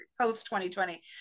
post-2020